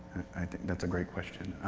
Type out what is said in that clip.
i think that's a great question.